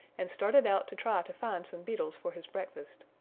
and started out to try to find some beetles for his breakfast.